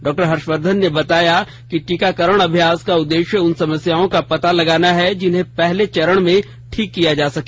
doctor Harshvardhan ने बताया कि टीकाकरण अभ्यास का उद्देश्य उन समस्याओं का पता लगाना है जिन्हें पहले चरण में ठीक किया जा सके